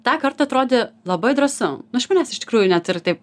tą kartą atrodė labai drąsu nu iš manęs iš tikrųjų net ir taip